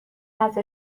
نزد